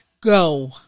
go